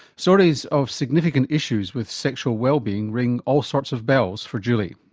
stories of significant issues with sexual wellbeing ring all sorts of bells for julie.